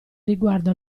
riguardo